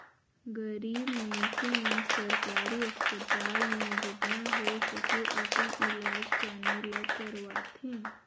गरीब मइनसे मन सरकारी अस्पताल में जेतना होए सके अपन इलाज पानी ल करवाथें